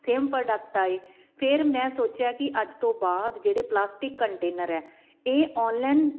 same product ਆਏ ਫਿਰ ਮੈਂ ਸੋਚਿਆ ਕਿ ਅੱਜ ਤੋਂ ਬਾਅਦ ਜਿਹੜੇ ਪਲਾਸਟਿਕ ਕੰਟੇਨਰ ਹੈ ਇਹ ਔਨਲਾਈਨ